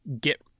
Get